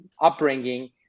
upbringing